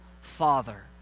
father